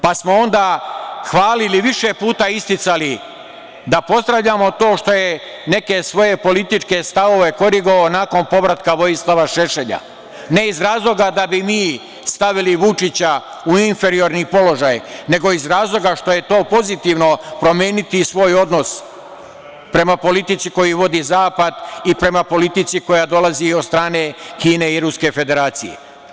Pa smo onda hvalili i više puta isticali da pozdravljamo to što je neke svoje političke stavove korigovao nakon povratka Vojislava Šešelja, ne iz razloga da bi mi stavili Vučića u inferiorni položaj, nego iz razloga što je to pozitivno promeniti svoj odnos prema politici koju vodi zapad i prema politici koja dolazi od strane Kine i Ruske Federacije.